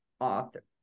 author